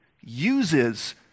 uses